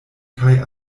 kaj